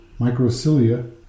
microcilia